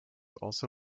also